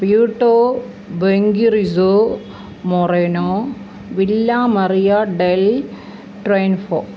Puerto ബെങ്കിറിസോ Moreno Villa Maria del ട്രെൻ ഹോ